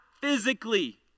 physically